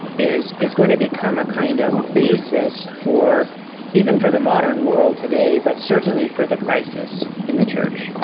is is going to become a kind of basis for even for the modern world today, but certainly for the crisis in the church.